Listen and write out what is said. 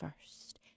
first